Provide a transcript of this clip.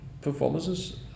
performances